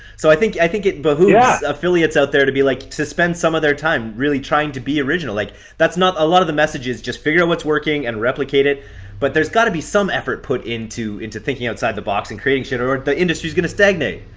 so i think i think it behooves but yeah affiliates out there to be like. to spend some of their time trying to be original. like that's not. a lot of the message is just figure out what's working and replicate it but there's got to be some effort put into into thinking outside the box and creating shit or the industry is going to stagnate.